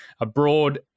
abroad